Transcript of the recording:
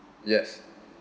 yes